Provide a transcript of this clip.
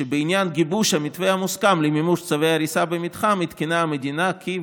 שבעניין גיבוש המתווה המוסכם למימוש צווי הריסה במתחם עדכנה המדינה כי,